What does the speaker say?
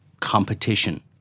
competition